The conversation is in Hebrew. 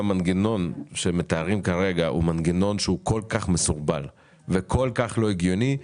המנגנון שמתארים כרגע הוא מנגנון כל-כך מסורבל וכל-כך לא הגיוני,